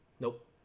Nope